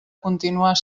continuar